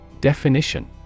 Definition